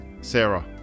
Sarah